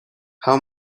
how